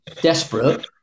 desperate